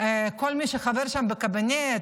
כל מי שחבר שם בקבינט,